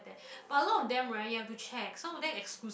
that but a lot of them right you have to check some of them exclusive